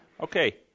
Okay